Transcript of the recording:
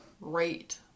rate